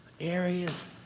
areas